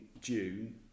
June